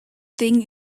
thing